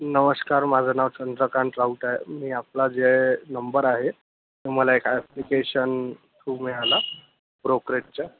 नमस्कार माझं नाव चंद्रकांत राऊत आहे मी आपला जे नंबर आहे ते मला एका अॅप्लिकेशन थ्रू मिळाला ब्रोकरेजच्या